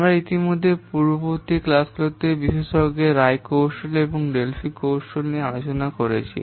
আমরা ইতিমধ্যে পূর্ববর্তী ক্লাসগুলিতে বিশেষজ্ঞের রায় কৌশল এবং ডেলফি কৌশল নিয়ে আলোচনা করেছি